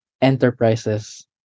enterprises